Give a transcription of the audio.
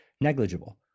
negligible